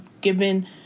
given